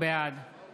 בעד